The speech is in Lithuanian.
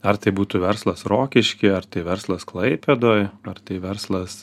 ar tai būtų verslas rokišky ar tai verslas klaipėdoj ar tai verslas